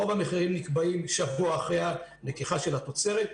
רוב המחירים נקבעים שבוע אחרי לקיחת התוצרת.